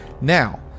Now